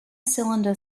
cylinder